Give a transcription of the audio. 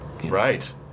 right